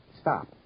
Stop